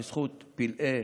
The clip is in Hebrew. בזכות פלאי